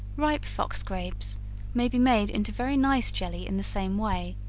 ripe fox-grapes may be made into very nice jelly in the same way,